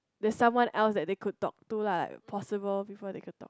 there's someone else that they could talk to lah possible people they can talk